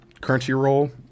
Crunchyroll